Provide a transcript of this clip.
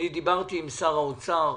דיברתי עם שר האוצר,